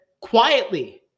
quietly